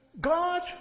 God